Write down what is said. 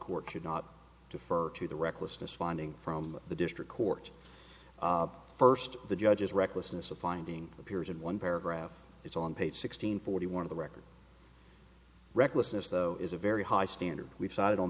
should not to further to the recklessness finding from the district court first the judge's recklessness of finding appears in one paragraph it's on page sixteen forty one of the record recklessness though is a very high standard we've cited on